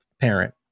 parent